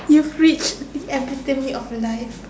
your fridge epitome of life